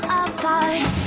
apart